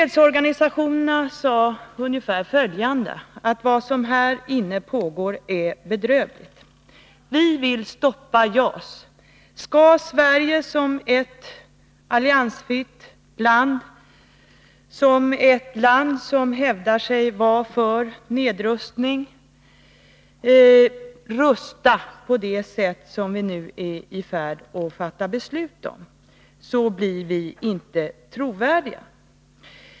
De sade ungefär följande: Vad som här inne pågår är bedrövligt. Vi vill stoppa JAS. Skall Sverige som ett alliansfritt land, ett land som hävdar att det är för nedrustning, rusta på det sätt som vi nu är i färd med att fatta beslut om, så blir vi inte trovärdiga.